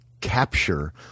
capture